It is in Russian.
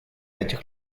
этих